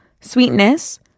sweetness